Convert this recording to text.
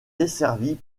desservi